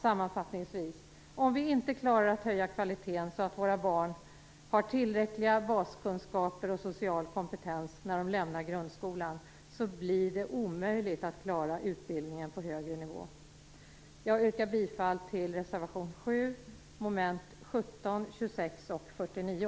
Sammanfattningsvis: Om vi inte klarar att höja kvaliteten så att våra barn har tillräckliga baskunskaper och social kompetens när de lämnar grundskolan blir det omöjligt att klara utbildningen på högre nivå. Fru talman! Jag yrkar bifall till reservation 7, mom. 17, 26 och 49.